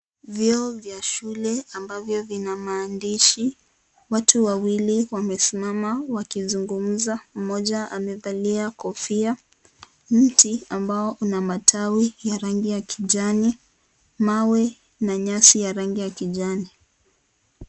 Vyoo vya shule ambavyo vina maandishi. Watu wawili wamesimama wakizungumza; mmoja amevalia kofia. Mti ambao una matawi ya rangi ya kijani, mawe na nyasi ya rangi ya kijani.